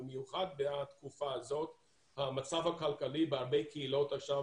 במיוחד בתקופה הזאת המצב הכלכלי בהרבה קהילות עכשיו,